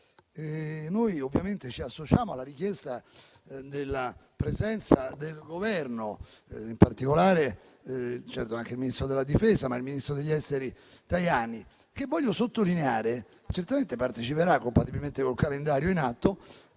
noi ovviamente ci associamo alla richiesta della presenza del Governo, in particolare - certamente del Ministro della difesa - del ministro degli affari esteri Tajani, che - voglio sottolinearlo - sicuramente parteciperà, compatibilmente con il calendario vigente,